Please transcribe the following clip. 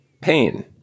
pain